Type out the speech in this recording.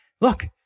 look